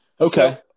Okay